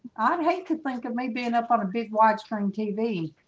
i'd hate to think of me being up on a big widescreen tv